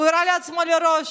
הוא יורה לעצמו בראש.